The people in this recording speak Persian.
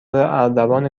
اردوان